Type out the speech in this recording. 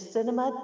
Cinema